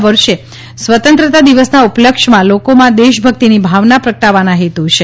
આ વર્ષે સ્વતંત્રતા દિવસના ઉપલક્ષ્યમાં લોકોમાં દેશભક્તિની ભાવના પ્રગટાવવાનો હેતુ છે